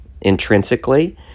intrinsically